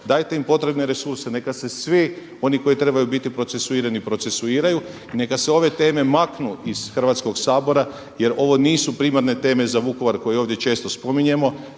dajte im potrebne resurse neka se svi oni koji trebaju biti procesuirani procesuiraju i neka se ove teme maknu iz Hrvatskog sabora jer ovo nisu primarne teme za Vukovar koje ovdje često spominjemo.